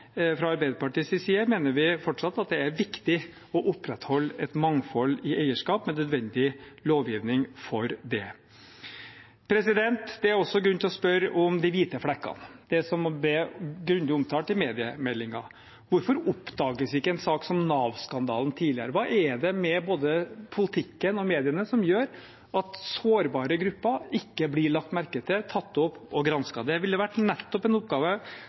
Fra Arbeiderpartiets side mener vi fortsatt at det er viktig å opprettholde et mangfold i eierskap med nødvendig lovgivning for det. Det er også grunn til å spørre om de hvite flekkene, som ble grundig omtalt i mediemeldingen. Hvorfor oppdages ikke en sak som Nav-skandalen tidligere? Hva er det med både politikken og mediene som gjør at sårbare grupper ikke blir lagt merke til, tatt opp og gransket? Det ville nettopp vært en oppgave